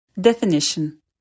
Definition